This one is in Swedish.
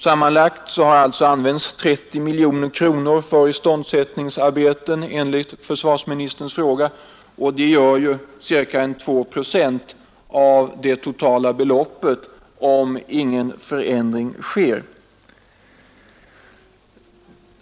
Sammanlagt har det enligt försvarsministerns besked använts 30 miljoner kronor för iståndsättningsarbeten, och det betyder 2 procent av det totala beloppet, om ingen förändring sker.